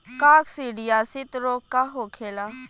काकसिडियासित रोग का होखेला?